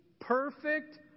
perfect